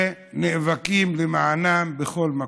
ונאבקים למענן בכל מקום.